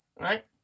right